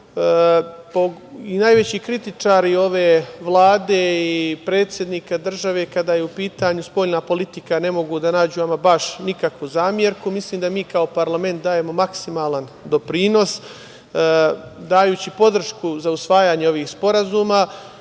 i najveći kritičari ove Vlade i predsednika države kada je u pitanju spoljna politika ne mogu da nađu ama baš nikakvu zamerku. Mislim, da mi kao parlament dajemo maksimalan doprinos dajući podršku za usvajanje ovih sporazuma. Usvajanje